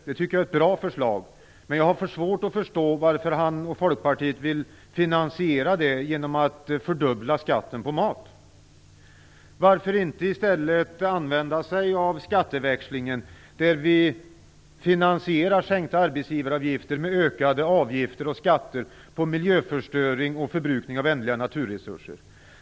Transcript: Det tycker jag är ett bra förslag, men jag har svårt att förstå varför han och Folkpartiet vill finansiera det genom att fördubbla skatten på mat. Varför inte i stället använda sig av skatteväxlingen, där vi finansierar sänkta arbetsgivaravgifter med ökade avgifter och skatter på miljöförstöring och förbrukning av ändliga naturresurser?